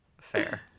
Fair